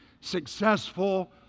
successful